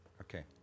Okay